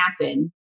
happen